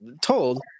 told